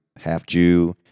half-Jew